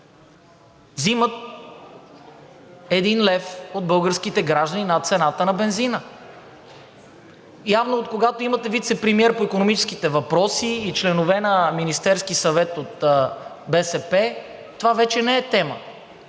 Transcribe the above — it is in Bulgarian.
взимат един лев от българските граждани над цената на бензина. Явно, откогато имате вицепремиер по икономическите въпроси и членове на Министерския съвет от БСП, това вече не е тема